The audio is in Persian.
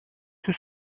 توی